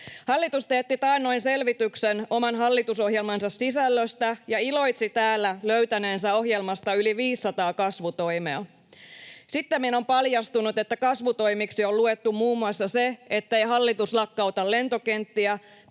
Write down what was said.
Hallitus teetti taannoin selvityksen oman hallitusohjelmansa sisällöstä ja iloitsi täällä löytäneensä ohjelmasta yli 500 kasvutoimea. Sittemmin on paljastunut, että kasvutoimiksi on luettu muun muassa se, ettei hallitus lakkauta lentokenttiä,